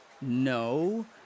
No